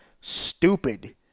Stupid